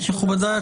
מכובדיי,